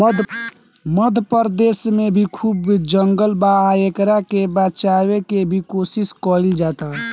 मध्य प्रदेश में भी खूब जंगल बा आ एकरा के बचावे के भी कोशिश कईल जाता